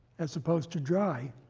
as supposed to dry.